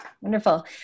Wonderful